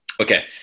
Okay